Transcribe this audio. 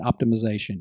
optimization